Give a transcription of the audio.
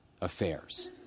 affairs